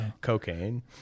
Cocaine